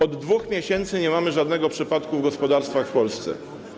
Od 2 miesięcy nie mamy żadnego przypadku w gospodarstwach w Polsce.